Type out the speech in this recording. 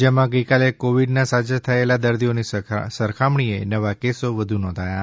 રાજ્યમાં ગઈકાલે કોવીડના સાજા થયેલા દર્દીઓની સરખામણીએ નવા કેસો વધુ નોંધાયા હતા